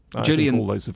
Julian